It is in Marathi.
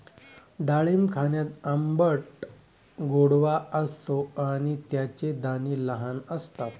डाळिंब खाण्यात आंबट गोडवा असतो आणि त्याचे दाणे लहान असतात